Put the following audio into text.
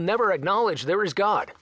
never acknowledge there is god